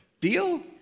Deal